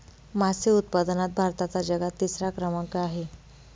मासे उत्पादनात भारताचा जगात तिसरा क्रमांक आहे